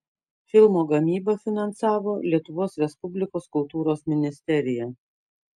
filmo gamybą finansavo lietuvos respublikos kultūros ministerija